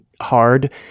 hard